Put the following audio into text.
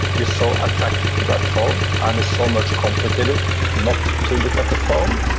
you're so attracted to that phone, and it's so much complicated not to look at the phone,